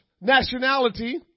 nationality